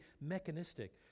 mechanistic